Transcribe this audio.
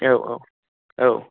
औ औ औ